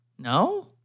No